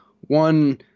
one